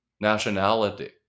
nationality